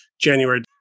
January